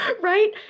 Right